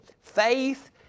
Faith